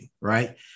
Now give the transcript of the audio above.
right